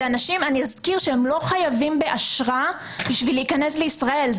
אני אזכיר שהם לא חייבים באשרה בשביל להיכנס לישראל.